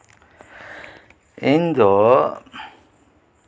ᱤᱧ ᱫᱚ